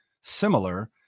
similar